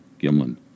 Gimlin